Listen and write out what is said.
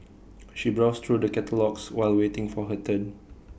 she browsed through the catalogues while waiting for her turn